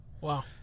Wow